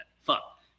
Fuck